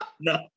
No